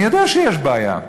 אני יודע שיש בעיה.